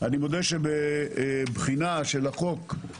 אני מודה שבבחינה של החוקים,